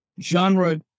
genre